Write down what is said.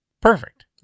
perfect